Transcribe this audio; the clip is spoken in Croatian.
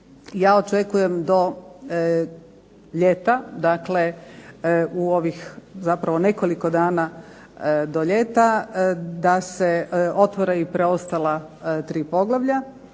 Ja očekujem do ljeta, dakle u ovih zapravo nekoliko dana do ljeta, da se otvore i preostala tri poglavlja,